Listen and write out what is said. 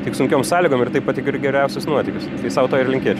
tik sunkiom sąlygom ir taip pat ir geriausius nuotykius sau ir linkėčiau